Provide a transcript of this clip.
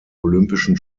olympischen